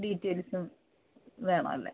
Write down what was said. ഡീറ്റേയ്ൽസ്സും വേണമല്ലെ